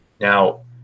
now